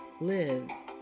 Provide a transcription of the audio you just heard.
lives